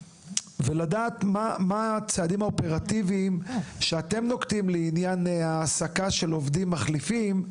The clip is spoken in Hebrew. מהם הצעדים האופרטיביים שאתם נוקטים לעניין ההעסקה של עובדים מחליפים?